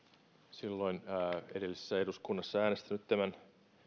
silloin edellisessä eduskunnassa äänestänyt tämän